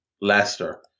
Leicester